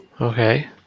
Okay